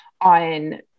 on